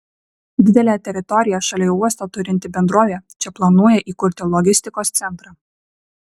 didelę teritoriją šalia uosto turinti bendrovė čia planuoja įkurti logistikos centrą